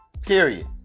Period